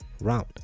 round